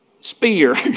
Spear